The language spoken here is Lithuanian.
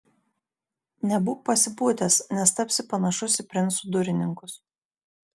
nebūk pasipūtęs nes tapsi panašus į princų durininkus